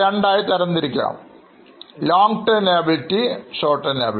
രണ്ടായി തരം തിരിക്കാം long term liabilities short term liabilities